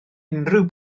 unrhyw